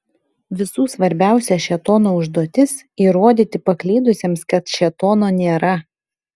visų svarbiausia šėtono užduotis įrodyti paklydusiems kad šėtono nėra